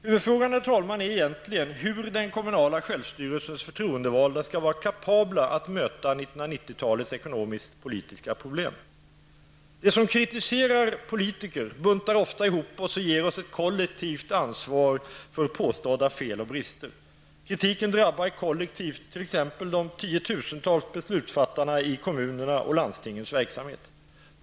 Huvudfrågan är egentligen hur den kommunala självstyrelsens förtroendevalda skall vara kapabla att möta 1990-talets ekonomisk-politiska problem. De som kritiserar politikerna buntar ofta ihop oss och ger oss kollektivt ansvar för påstådda fel och brister. Kritiken drabbar kollektivt t.ex. de 10 000 tals beslutsfattarna i kommunernas och landstingens verksamhet.